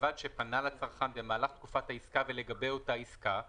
"ובלבד שפנה לצרכן במהלך תקופת העסקה ולגבי אותה עסקה,